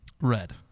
Red